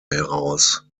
heraus